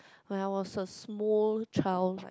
when I was a small child